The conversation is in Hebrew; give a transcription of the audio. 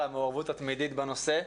על המעורבות התמידית בנושא.